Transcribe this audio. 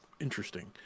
interesting